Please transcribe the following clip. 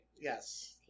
Yes